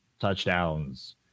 touchdowns